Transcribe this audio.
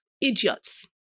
idiots